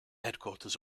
headquarters